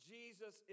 Jesus